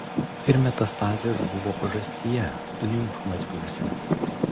ir metastazės buvo pažastyje limfmazgiuose